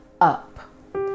up